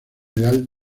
ideal